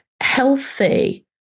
healthy